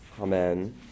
Amen